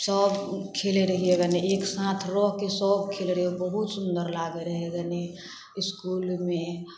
सब खेलै रहिए गने एक साथ रह के सब खेलय रहिए बहुत सुंदर लागे रहय गनी इस्कूल मे